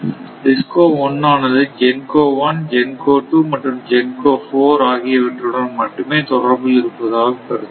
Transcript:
DISCO 1 ஆனது GENCO 1 GENCO 2 மற்றும் GENCO 4 ஆகியவற்றுடன் மட்டுமே தொடர்பில் இருப்பதாக கருதுவோம்